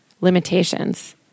limitations